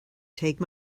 take